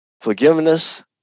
forgiveness